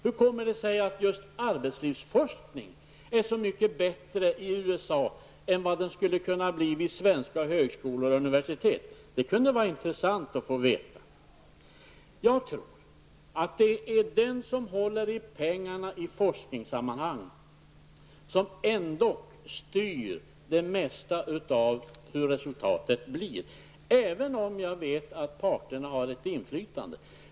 Hur kommer det sig att just arbetslivsforskning är så mycket bättre i USA än vad den skulle kunna bli vid svenska högskolor och universitet? Det kan vara intressant att få veta. Jag tror att det är den som håller i pengarna i forskningssammanhang som ändock styr det mesta av hur resultaten blir, även om parterna har ett inflytande.